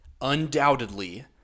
Undoubtedly